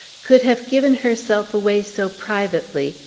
could have given herself away so privately,